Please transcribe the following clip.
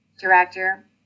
director